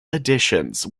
editions